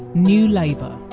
new labour.